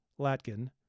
Latkin